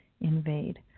invade